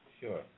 Sure